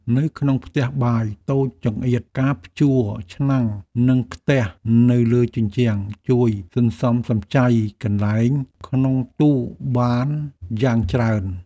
នៅក្នុងផ្ទះបាយតូចចង្អៀតការព្យួរឆ្នាំងនិងខ្ទះនៅលើជញ្ជាំងជួយសន្សំសំចៃកន្លែងក្នុងទូបានយ៉ាងច្រើន។